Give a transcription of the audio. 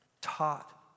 taught